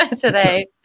today